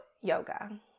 yoga